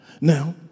Now